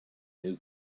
new